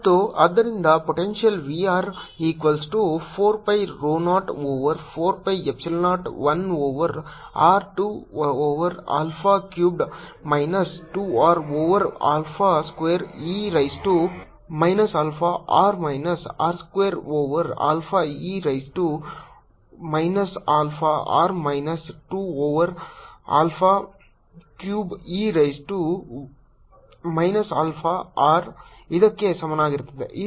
Vr14π0qr qr0R0e αr4πr2dr4π00rr2e αrdr 0rr2e αrdrd2d20re αrdrd2d21 e αr23 2r2e αr r2e αr 23e αr ಮತ್ತು ಆದ್ದರಿಂದ potential vr equals to 4 pi rho 0 over 4 pi epsilon 0 1 over r 2 over alpha cubed minus 2 r over alpha square e raise to minus alpha r minus r square over alpha e raise to minus alpha r minus 2 over alpha cube e raise to minus alpha r ಇದಕ್ಕೆ ಸಮನಾಗಿರುತ್ತದೆ